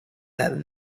that